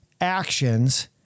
actions